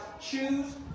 Choose